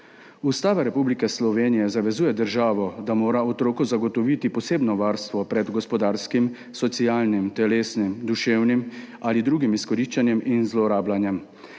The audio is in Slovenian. Ustava Republike Slovenije zavezuje državo, da mora otroku zagotoviti posebno varstvo pred gospodarskim, socialnim, telesnim, duševnim ali drugim izkoriščanjem in zlorabljanjem.